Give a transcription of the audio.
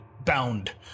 bound